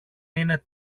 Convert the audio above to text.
είναι